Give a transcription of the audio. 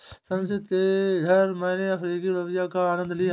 संचित के घर मैने अफ्रीकी लोबिया का आनंद लिया